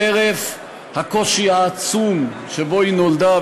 חרף הקושי העצום שבו היא נולדה,